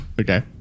okay